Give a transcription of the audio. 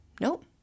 Nope